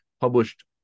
published